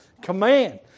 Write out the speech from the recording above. command